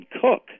Cook